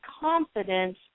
confidence